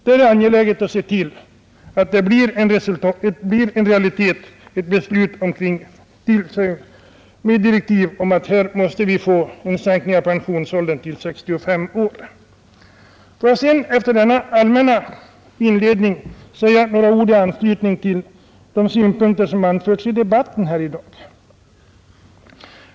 Det är angeläget att se till att i direktiven anges att vi måste få en sänkning av pensionsåldern till 65 år. Efter denna allmänna inledning skall jag säga några ord i anslutning till de synpunkter som har framförts i dagens debatt.